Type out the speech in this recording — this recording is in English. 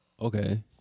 Okay